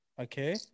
Okay